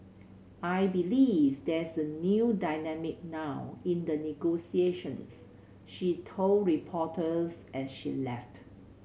I believe there's a new dynamic now in the negotiations she told reporters as she left